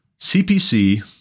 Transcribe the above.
CPC-